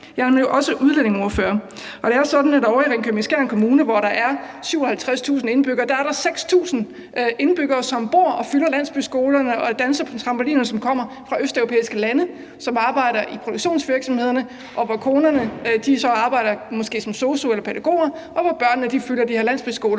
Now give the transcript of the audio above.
nemlig også udlændingeordfører, og det er jo sådan, at der ovre i Ringkøbing-Skjern Kommune, hvor der er 57.000 indbyggere, er 6.000 indbyggere, som bor der og fylder landsbyskolerne og danser på trampolinerne, som kommer fra østeuropæiske lande. De arbejder i produktionsvirksomhederne, og konerne arbejder måske så som sosu'er eller pædagoger, og børnene fylder de her landsbyskoler